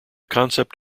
concept